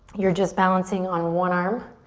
you're just balancing on one arm.